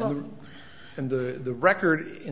and the record in